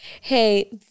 hey